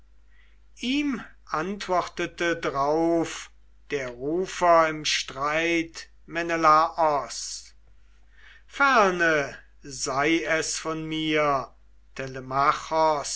ihm antwortete drauf der rufer im streit menelaos ferne sei es von mir